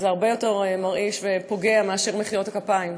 זה הרבה יותר מרעיש ופוגע מאשר מחיאות הכפיים.